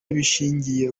bishingiye